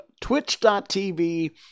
Twitch.tv